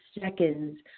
seconds